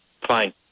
fine